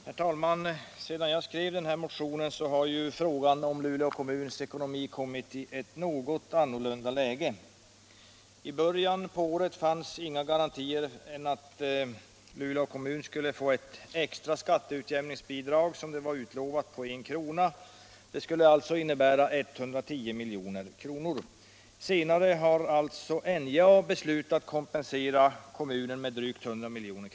Herr talman! Sedan vi skrev denna motion har frågan om Luleå kommuns ekonomi kommit i ett något annorlunda läge. I början av året fanns inga andra garantier än att Luleå kommun skulle få ett extra skatteutjämningsbidrag på 1 kr. Detta skulle innebära sammanlagt 110 milj.kr. Senare har NJA beslutat kompensera kommunen med drygt 100 miljoner.